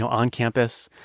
on campus,